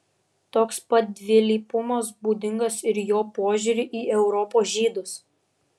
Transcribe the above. toks pat dvilypumas būdingas ir jo požiūriui į europos žydus